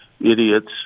idiots